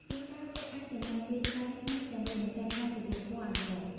ជួនកាលវាអាចចំណាយពេលច្រើនថ្ងៃដើម្បីបញ្ចប់ការជ្រលក់ពណ៌អាយ៉ង។